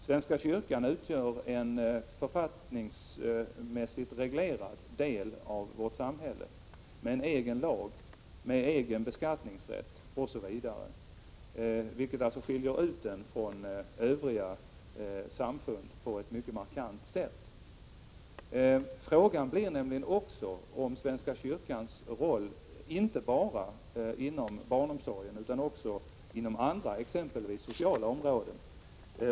Svenska kyrkan utgör en författningsmässigt reglerad del av vårt samhälle med egen lag, egen beskattningsrätt osv., vilket på ett mycket markant sätt skiljer ut den från övriga samfund. Frågan gäller också svenska kyrkans roll — inte bara inom barnomsorgen utan också inom andra, exempelvis sociala, områden.